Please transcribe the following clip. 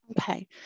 Okay